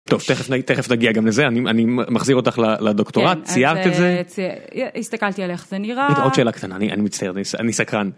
טוב, תכף נגיע גם לזה, אני מחזיר אותך לדוקטורט, ציירת את זה. הסתכלתי על איך זה נראה. עוד שאלה קטנה, אני מצטער, אני סקרן.